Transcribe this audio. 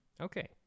Okay